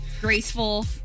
Graceful